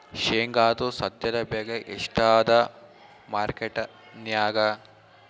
ಶೇಂಗಾದು ಸದ್ಯದಬೆಲೆ ಎಷ್ಟಾದಾ ಮಾರಕೆಟನ್ಯಾಗ?